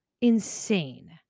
insane